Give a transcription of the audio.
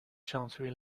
chancery